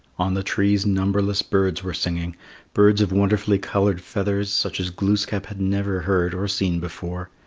on the trees numberless birds were singing birds of wonderfully coloured feathers such as glooskap had never heard or seen before.